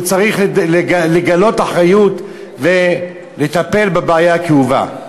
הוא צריך לגלות אחריות ולטפל בבעיה הכאובה.